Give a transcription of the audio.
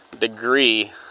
degree